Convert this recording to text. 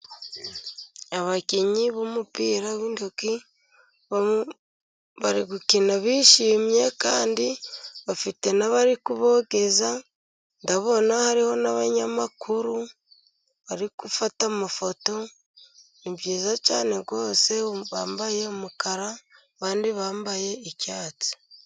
Abakinnyi b'umupira w'intoki, bari gukina bishimye kandi bafite n'abari kubogeza, ndabona hariho n'abanyamakuru bari gufata amafoto, nibyiza cyane rwose bambaye umukara abandi bambaye icyatsi.